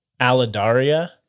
Alidaria